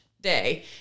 day